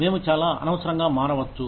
మేము చాలా అనవసరంగా మారవచ్చు